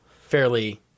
fairly